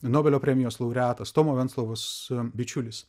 nobelio premijos laureatas tomo venclovos bičiulis